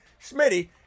Smitty